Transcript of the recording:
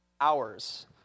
hours